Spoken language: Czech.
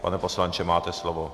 Pane poslanče, máte slovo.